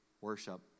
worship